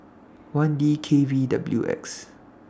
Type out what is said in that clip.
one D K V W X